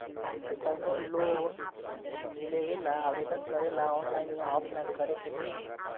कवनो लोन लेवेंला आवेदन करेला आनलाइन या ऑफलाइन करे के होई?